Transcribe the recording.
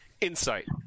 Insight